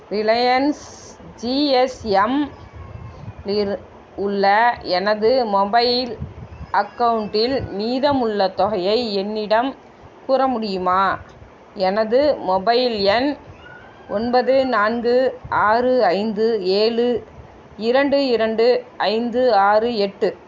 Reliance GSM லிரு உள்ள எனது மொபைல் அக்கௌண்ட்டில் மீதம் உள்ள தொகையை என்னிடம் கூற முடியுமா எனது மொபைல் எண் ஒன்பது நான்கு ஆறு ஐந்து ஏழு இரண்டு இரண்டு ஐந்து ஆறு எட்டு